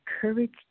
courage